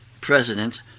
president